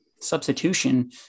substitution